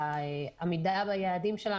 העמידה ביעדים שלה.